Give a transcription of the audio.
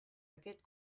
aquest